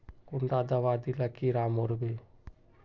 कुंडा दाबा दिले कीड़ा मोर बे?